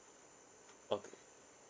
okay